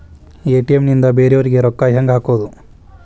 ATM ನಿಂದ ಬೇರೆಯವರಿಗೆ ರೊಕ್ಕ ಹೆಂಗ್ ಹಾಕೋದು?